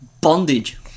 Bondage